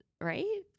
right